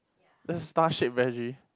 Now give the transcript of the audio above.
there's a star shape veggie